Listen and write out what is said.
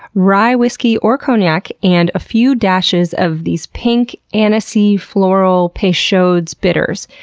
rye whisky or cognac, and a few dashes of these pink anise-y floral peychaud's bitters,